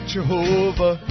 Jehovah